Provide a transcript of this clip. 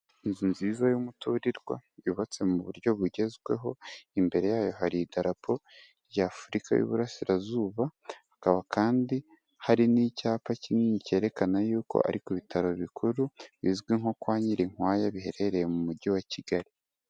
Inzu nziza y'umuturirwa yubatse mu buryo bugezweho, imbere yayo hari Idarapo rya Afurika y'Uburasirazuba, hakaba kandi hari n'icyapa kinini cyerekana yuko ari ku bitaro bikuru bizwi nko kwa Nyirinkwaya biherereye mu mujyi wa Kigali.